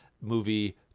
movie